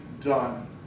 done